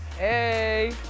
Hey